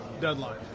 deadline